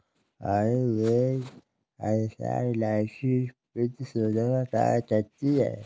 आयुर्वेद के अनुसार इलायची पित्तशोधन का कार्य करती है